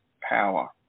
power